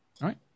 right